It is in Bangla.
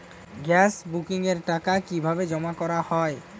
গ্যাস বুকিংয়ের টাকা কিভাবে জমা করা হয়?